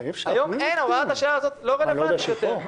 היום הוראת השעה הזאת לא רלוונטית יותר.